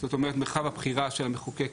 זאת אומרת מרחב הבחירה של המחוקק